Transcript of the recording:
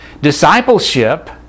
discipleship